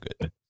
good